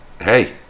hey